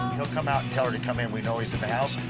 he'll come out and tell her to come in. we know he's in the house.